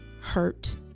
Hurt